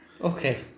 okay